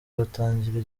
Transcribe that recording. batangira